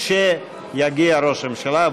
כשיגיע ראש הממשלה,